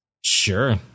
sure